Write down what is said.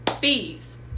bees